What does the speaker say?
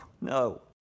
no